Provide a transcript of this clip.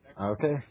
Okay